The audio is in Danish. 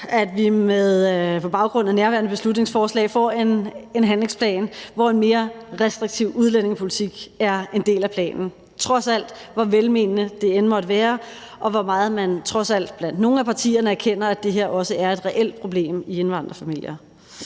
at vi på baggrund af nærværende beslutningsforslag får en handlingsplan, hvor en mere restriktiv udlændingepolitik er en del af planen, på trods af hvor velmenende det end måtte være, og hvor meget man trods alt blandt nogle af partierne erkender, at det her også er et reelt problem i indvandrerfamilier.